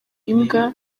imbwa